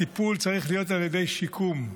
הטיפול צריך להיות על ידי שיקום,